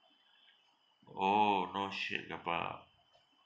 orh no shared carpark